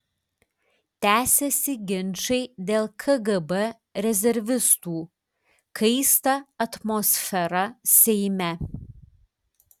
tęsiasi ginčai dėl kgb rezervistų kaista atmosfera seime